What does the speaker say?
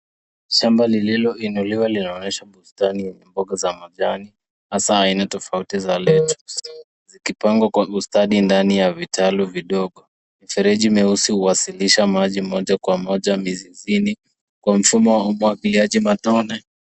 Shamba lililoinuliwa linaonyesha bustani ya mboga za majani, hasaa aina tofauti za lettuce , zikipangwa kwa ustadi ndani ya vitalu vidogo. Mifereji meusi huwasilisha maji moja kwa moja mizizini kwa mfumo wa umwagiliaji matone.